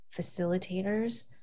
facilitators